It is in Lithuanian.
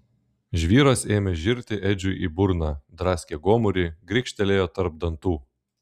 žvyras ėmė žirti edžiui į burną draskė gomurį grikštelėjo tarp dantų